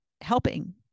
helping